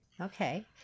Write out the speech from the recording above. Okay